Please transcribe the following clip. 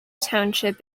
township